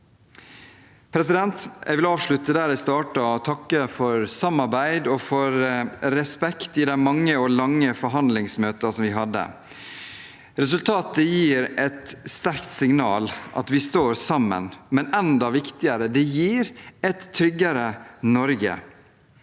beredskap. Jeg vil avslutte der jeg startet, og takke for samarbeid og for respekt i de mange og lange forhandlingsmøtene vi har hatt. Resultatet gir et sterkt signal om at vi står sammen, men enda viktigere: Det gir et tryggere Norge.